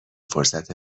فرصت